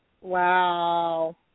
wow